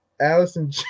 Allison